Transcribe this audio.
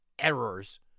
errors